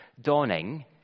dawning